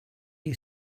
you